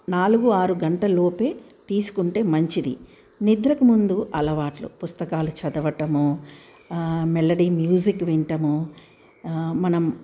నాలుగు ఆరు గంటలులోపే తీసుకుంటే మంచిది నిద్రకు ముందు అలవాట్లు పుస్తకాలు చదవటము మెలడీ మ్యూజిక్ వింటము మనం